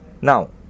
Now